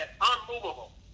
unmovable